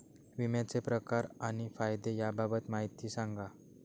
विम्याचे प्रकार आणि फायदे याबाबत माहिती सांगा